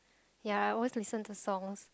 ya I always listen to songs